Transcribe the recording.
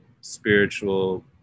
spiritual